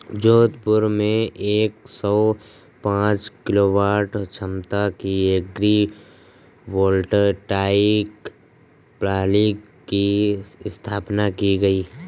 जोधपुर में एक सौ पांच किलोवाट क्षमता की एग्री वोल्टाइक प्रणाली की स्थापना की गयी